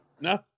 No